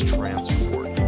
Transport